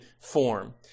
form